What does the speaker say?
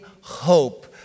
Hope